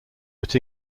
but